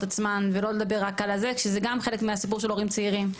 עצמן ולא לדבר רק על הזה כשזה גם חלק מהסיפור של הורים צעירים.